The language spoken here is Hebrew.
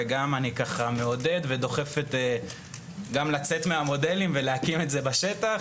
וגם אני ככה מעודד ודוחף גם לצאת מהמודלים ולהקים את זה בשטח,